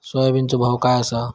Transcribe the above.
सोयाबीनचो भाव काय आसा?